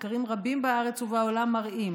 מחקרים רבים בארץ ובעולם מראים,